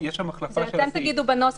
יש שם החלטה --- זה אתם תגידו בנוסח